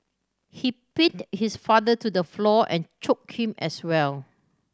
he pinned his father to the floor and choke him as well